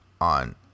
on